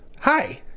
Hi